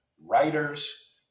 writers